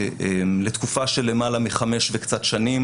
לתקופה של למעלה מחמש וקצת שנים